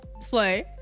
Slay